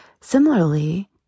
Similarly